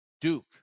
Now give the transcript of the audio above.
Duke